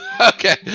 Okay